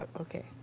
Okay